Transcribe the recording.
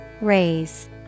raise